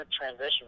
transition